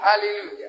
Hallelujah